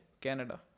Canada